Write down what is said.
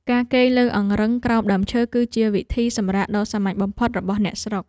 ការគេងលើអង្រឹងក្រោមដើមឈើ គឺជាវិធីសម្រាកដ៏សាមញ្ញបំផុតរបស់អ្នកស្រុក។